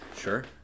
Sure